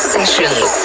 Sessions